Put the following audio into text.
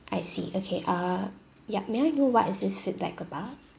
I see okay uh yup may I know what is this feedback about